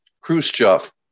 Khrushchev